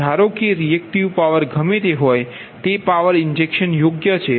ધારો કે reactive power ગમે તે હોય તે પાવર ઇન્જેક્શન યોગ્ય છે